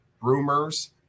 rumors